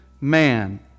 man